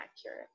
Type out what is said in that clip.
accurate